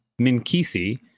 minkisi